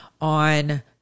on